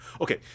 Okay